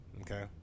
Okay